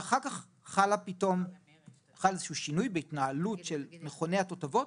ואחר כך חל פתאום איזשהו שינוי בהתנהלות של מכוני התותבות